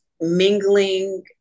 mingling